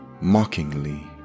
mockingly